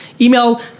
Email